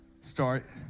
start